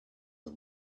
are